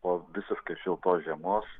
po visiškai šiltos žiemos